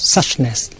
Suchness